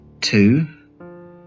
Two